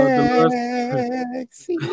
Sexy